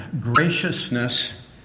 graciousness